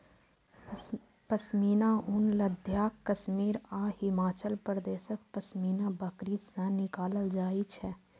पश्मीना ऊन लद्दाख, कश्मीर आ हिमाचल प्रदेशक पश्मीना बकरी सं निकालल जाइ छै